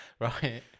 Right